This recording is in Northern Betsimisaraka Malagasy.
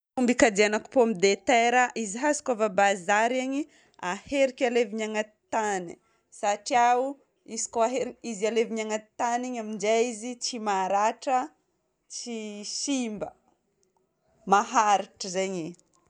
Fomba ikajianako pomme de terre, izy azoko avy a bazary igny, aheriko alevigna agnaty tany satria izy koa ahe- izy aherigna agnaty tany igny aminjay izy tsy maratra, tsy simba. Maharitra zegny.